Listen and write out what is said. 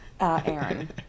Aaron